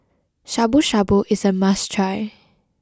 Shabu Shabu is a must try